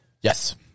Yes